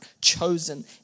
chosen